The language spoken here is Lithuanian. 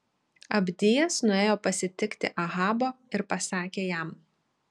abdijas nuėjo pasitikti ahabo ir pasakė jam